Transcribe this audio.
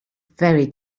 very